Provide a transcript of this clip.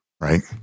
right